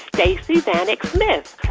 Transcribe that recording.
stacey vanek smith.